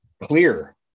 clear